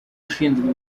ushinzwe